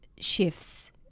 shifts